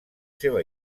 seva